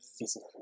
physical